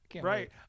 Right